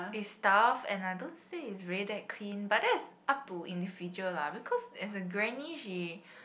they stuff and I don't say it's really that clean but that's up to individual lah because as a granny she